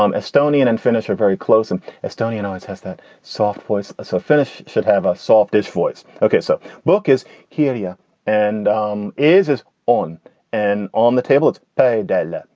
um estonian and finnish are very close, and estonian always has that soft voice. so finnish should have a soft ish voice. ok, so book is herea yeah and um is is on and on the table. it's pay detlef.